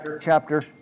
chapter